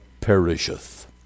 perisheth